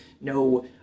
no